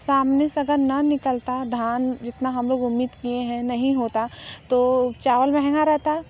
सामने से अगर न निकलता धान जितना हम लोग उम्मीद किए हैं नहीं होता तो चावल महंगा रहता